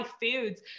foods